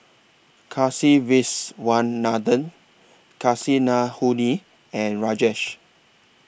Kasiviswanathan Kasinadhuni and Rajesh